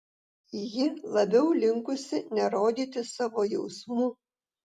ji labiau linkusi nerodyti savo jausmų